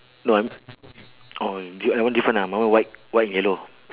no um your your one different ah my one white white and yellow